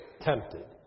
tempted